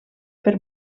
per